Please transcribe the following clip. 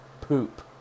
poop